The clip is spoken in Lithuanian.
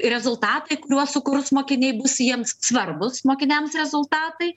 rezultatai kuriuos sukurs mokiniai bus jiems svarbūs mokiniams rezultatai